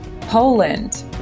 Poland